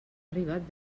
arribat